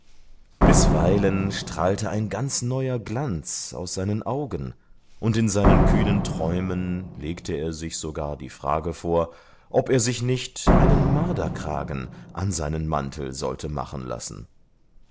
bisweilen strahlte ein ganz neuer glanz aus seinen augen und in seinen kühnen träumen legte er sich sogar die frage vor ob er sich nicht einen marderkragen an seinen mantel sollte machen lassen